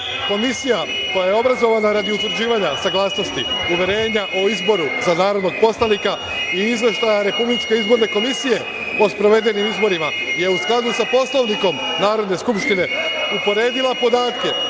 komisija koja je obrazovana radi utvrđivanja saglasnosti uverenja o izboru za narodnog poslanika i Izveštaja Republičke izborne komisije o sprovedenim izborima je, u skladu sa Poslovnikom Narodne skupštine, uporedila podatke